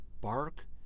bark